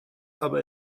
aber